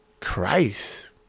Christ